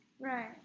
right